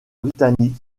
britanniques